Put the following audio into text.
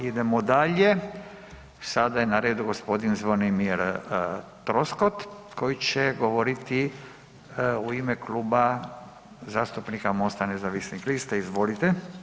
Idemo dalje, sada je na redu g. Zvonimir Troskot koji će govoriti u ime Kluba zastupnika Mosta nezavisnih lista, izvolite.